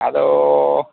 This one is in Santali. ᱟᱫᱚ